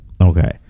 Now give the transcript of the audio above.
Okay